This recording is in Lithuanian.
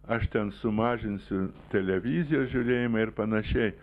aš ten sumažinsiu televizijos žiūrėjimą ir panašiai